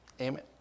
Amen